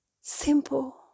Simple